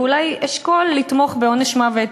ואולי אשקול לתמוך בעונש מוות.